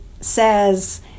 says